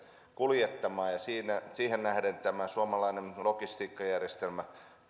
kuljettamaan ja siihen nähden tämä suomalainen logistiikkajärjestelmä